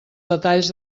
detalls